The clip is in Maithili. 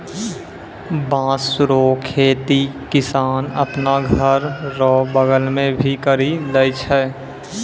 बाँस रो खेती किसान आपनो घर रो बगल मे भी करि लै छै